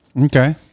Okay